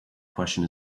question